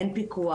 אין פיקוח.